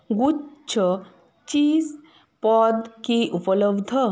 গুচ্ছ চিজ পদ কি উপলব্ধ